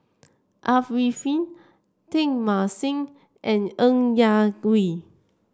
Arifin Teng Mah Seng and Ng Yak Whee